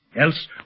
Else